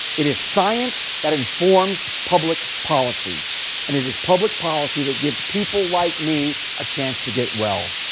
it is science that informs public policy and it is public policy that gives people like me a chance to get well.